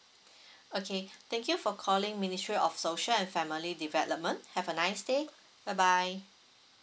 okay thank you for calling ministry of social and family development have a nice day bye bye